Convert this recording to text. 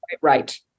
right